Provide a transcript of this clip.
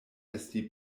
esti